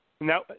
No